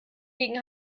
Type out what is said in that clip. gegen